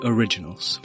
Originals